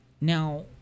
Now